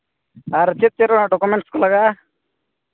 ᱟᱨ ᱪᱮᱫ ᱪᱮᱫ ᱚᱱᱟ ᱰᱚᱠᱚᱢᱮᱴᱥ ᱠᱚ ᱞᱟᱜᱟᱜᱼᱟ